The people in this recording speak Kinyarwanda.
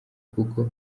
kuko